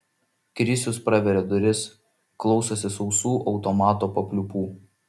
krisius praveria duris klausosi sausų automato papliūpų